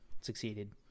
succeeded